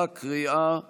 בקריאה הראשונה.